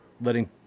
letting